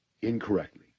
incorrectly